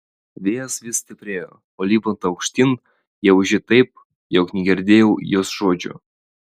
vėjas vis stiprėjo o lipant aukštyn jau ūžė taip jog negirdėjau jos žodžių